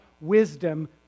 wisdom